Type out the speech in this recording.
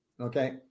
Okay